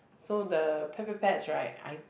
so the pet pet pets right I